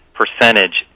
percentage